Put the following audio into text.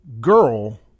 girl